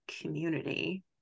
community